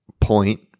point